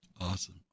Awesome